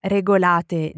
Regolate